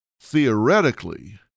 Theoretically